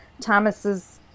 Thomas's